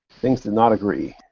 things did not agree.